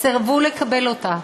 -- סירבו לקבל אותה,